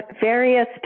various